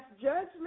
judgment